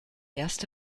erste